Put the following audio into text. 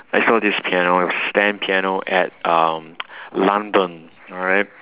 I saw this piano stand piano at um london alright